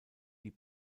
die